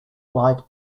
light